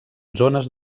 zones